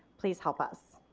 please help us.